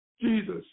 Jesus